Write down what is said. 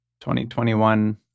2021